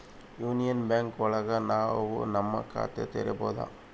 union Bank ಒಳಗ ನಾವ್ ನಮ್ ಖಾತೆ ತೆರಿಬೋದು